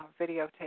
videotape